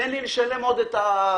תן לי לשלם עוד את הזה,